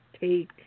take